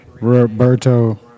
Roberto